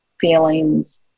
feelings